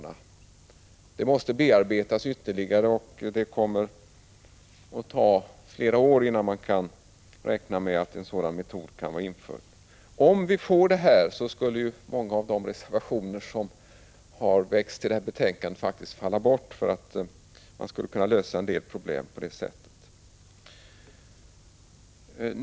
Ärendet måste bearbetas ytterligare, och det kommer att ta flera år innan man kan räkna med att denna metod kan bli införd. Om vi beslutade oss för staketmetoden skulle många av reservationerna till detta betänkande falla bort, eftersom en del problem blev lösta på det sättet.